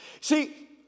See